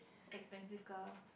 expensive car